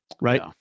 Right